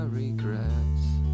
regrets